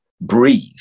breathe